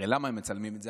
הרי למה הם מצלמים את זה?